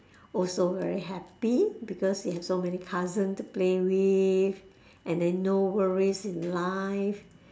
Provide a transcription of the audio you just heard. also very happy because you have so many cousin to play with and then no worries in life